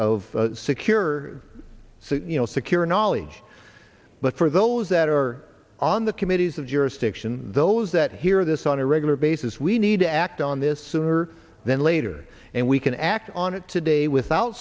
of secure so you know secure knowledge but for those that are on the committees of jurisdiction those that hear this on a regular basis we need to act on this sooner than later and we can act on it today without